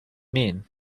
mean